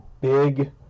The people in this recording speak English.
big